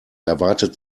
erwartet